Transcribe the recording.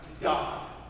God